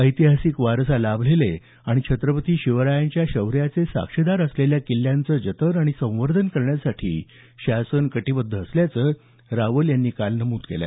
ऐतिहासिक वारसा लाभलेले आणि छत्रपती शिवरायांच्या शौर्याचे साक्षीदार असलेल्या किल्ल्यांचं जतन आणि संवर्धन करण्यासाठी शासन कटिबद्ध असल्याचं रावल यांनी नमूद केलं